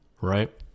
right